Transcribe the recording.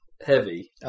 Heavy